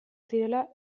zirela